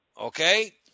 okay